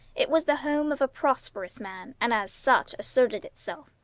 it was the home of a prosperous man, and as such asserted itself.